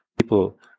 people